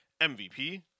MVP